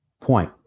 point